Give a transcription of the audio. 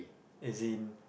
as in